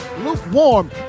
lukewarm